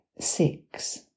Six